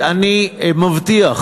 אני מבטיח,